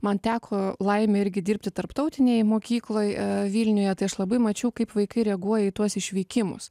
man teko laimė irgi dirbti tarptautinėj mokykloj vilniuje tai aš labai mačiau kaip vaikai reaguoja į tuos išvykimus